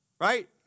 right